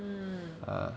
mmhmm